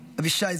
אבישי ז"ל.